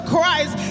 Christ